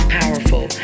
powerful